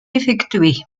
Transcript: effectué